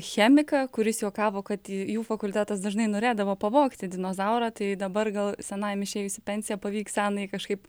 chemiką kuris juokavo kad jų fakultetas dažnai norėdavo pavogti dinozaurą tai dabar gal senajam išėjus į pensiją pavyks senąjį kažkaip